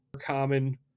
Common